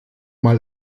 mal